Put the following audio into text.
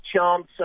chance